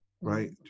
right